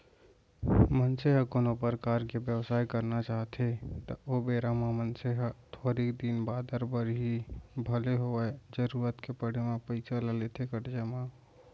मनसे ह कोनो परकार के बेवसाय करना चाहथे त ओ बेरा म मनसे ह थोरिक दिन बादर बर ही भले होवय जरुरत के पड़े म पइसा ल लेथे करजा म